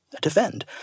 defend